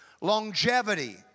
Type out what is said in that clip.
longevity